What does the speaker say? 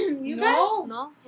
No